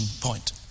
point